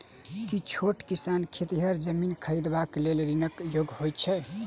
की छोट किसान खेतिहर जमीन खरिदबाक लेल ऋणक योग्य होइ छै?